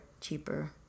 cheaper